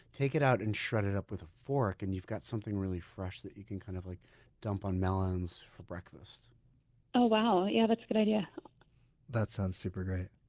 take it out and shred it up with a fork and you've got something really fresh that you can kind of like dump on melons for breakfast ah wow. yeah that's good idea that sounds super great.